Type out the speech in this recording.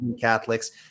Catholics